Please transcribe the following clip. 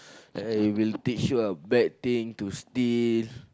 They will teach you a bad thing to steal